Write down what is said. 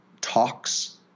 talks